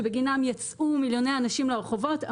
שבגינם יצאו מיליוני אנשים לרחובות,